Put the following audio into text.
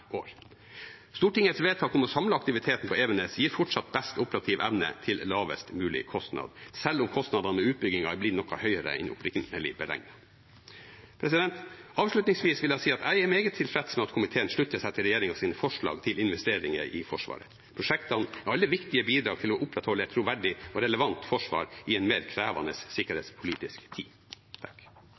år. Stortingets vedtak om å samle aktiviteten på Evenes gir fortsatt best operativ evne til lavest mulig kostnad, selv om kostnadene ved utbyggingen har blitt noe høyere enn opprinnelig beregnet. Avslutningsvis vil jeg si at jeg er meget tilfreds med at komiteen slutter seg til regjeringens forslag til investeringer i Forsvaret. Prosjektene er alle viktige bidrag til å opprettholde et troverdig og relevant forsvar i en mer krevende sikkerhetspolitisk tid.